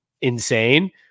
insane